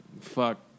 fuck